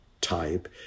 type